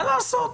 מה לעשות?